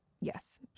yes